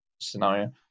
scenario